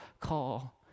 call